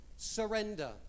surrender